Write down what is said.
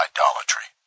Idolatry